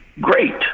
great